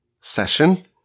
session